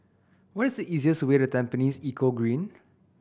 what is the easiest way to Tampines Eco Green